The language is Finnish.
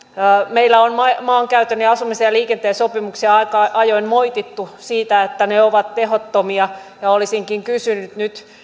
meillä on maankäytön asumisen ja liikenteen sopimuksia aika ajoin moitittu siitä että ne ovat tehottomia ja olisinkin kysynyt nyt